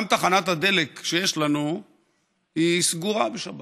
גם תחנת הדלק שיש לנו סגורה בשבת.